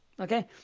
Okay